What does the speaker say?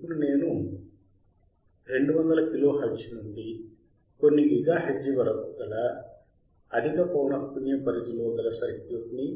ఇప్పుడు నేను 200 kilohertz నుండి కొన్ని గిగాహెర్ట్జ్ వరకు గల అధిక పౌనఃపున్య పరిధిలో గల సర్క్యూట్ ని